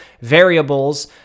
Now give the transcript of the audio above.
variables